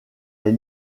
les